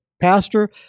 Pastor